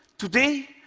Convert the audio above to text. today,